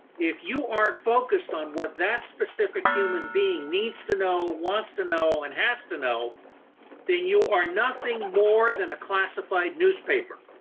if you aren't focused on what that specific human being needs to know, wants to know and has to know than you are nothing more than a classified newspaper.